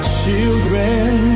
children